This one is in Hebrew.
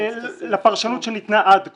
לפרשנות שניתנה עד כה.